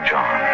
John